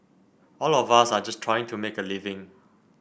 all of us are just trying to make a living